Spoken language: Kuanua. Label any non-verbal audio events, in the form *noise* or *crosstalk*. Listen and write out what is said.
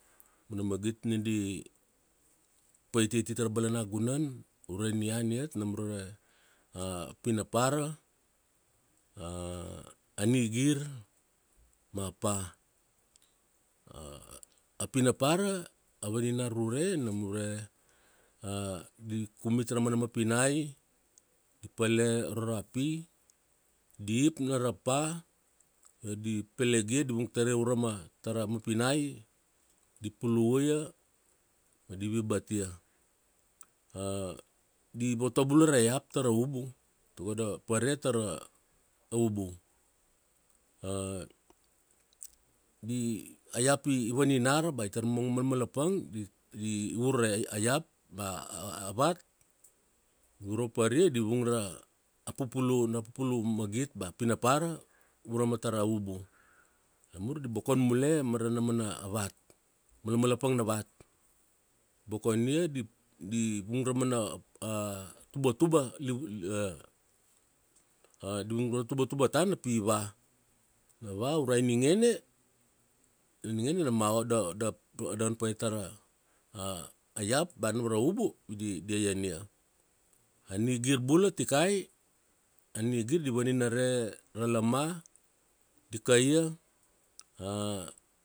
Mana magit ni di, paitia ati tara balanaguan, ure nian iat, nam ra *hesitation* a pinapara, *hesitation* a nigir, ma pa. *hesitation* A pinapara, a vaninara ure, nam ure *hesitation* di kumit ra mana mapinai, di pale aro ra pi, di ip na ra pa, ma di pelegia, di vung taria urama tara mapinai, di pulu ia, ma di vi bat ia. *hesitation* Di voto bula ra iap tara ubu, tago da pare tara ubu. *hesitation* Di, a iap i vaninara ba i tar malmalapang, di di vu ra iap ba *hesitation* a vat uro paria di vung ra a pupulu na ra pupulu na magit bea a pinapara urama tara ubu. Namur di bokon mule ma ra na mana vat. Malamalpang na vat. Bokonia, di di vung ra mana *hesitation* tubatuba liu *hesitation* di vung ra tubatuba tana pi va. Na va urai ningene, ari ningene na mao da, da, da, an pa ia tara *hesitation* a iap bea nam ra ubu, pi di, dia ian ia. A nigir bula tikai, a nigir di vaninare ra lama, di kaia. *hesitation*